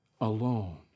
alone